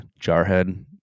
Jarhead